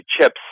chips